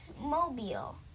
mobile